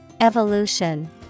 Evolution